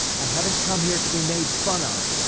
i haven't come here to be made fun of.